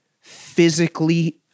physically